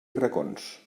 racons